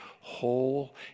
whole